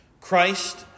Christ